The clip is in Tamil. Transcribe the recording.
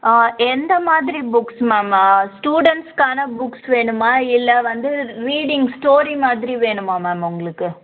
ஆ எந்த மாதிரி புக்ஸ் மேம் ஸ்டூடண்ட்ஸ்க்கான புக்ஸ் வேணுமா இல்லை வந்து ரீடிங் ஸ்டோரி மாதிரி வேணுமா மேம் உங்களுக்கு